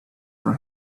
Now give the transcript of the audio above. from